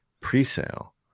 pre-sale